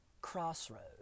Crossroads